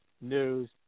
News